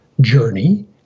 journey